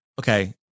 Okay